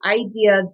idea